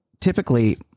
typically